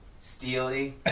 Steely